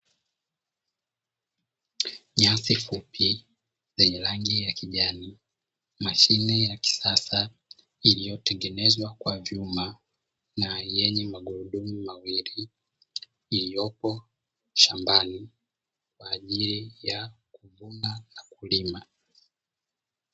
Nyasi fupi zenye rangi ya kijani mashine ya kisasa iliyotengenezwa kwa vyuma na yenye magurudumu mawili iliyopo shambani kwa ajili ya kuvuna na kulima.